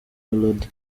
melody